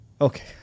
Okay